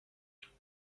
scared